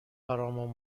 برامون